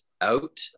out